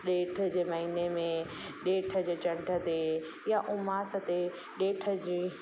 डेठ जे महिने में डेठ ते चंड ते या उमास ते डेठ जे